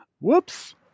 Whoops